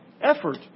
effort